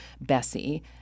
Bessie